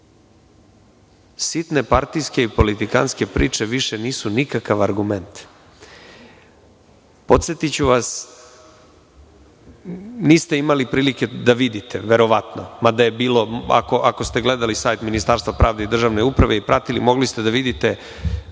sitne partijske i politikantske priče više nisu nikakav argument. Podsetiću vas, niste imali prilike da vidite, verovatno, mada je bilo, ako ste gledali sajt Ministarstva pravde i državne uprave i pratili, mogli ste da vidite